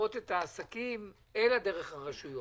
לשפות את העסקים אלא דרך הרשויות.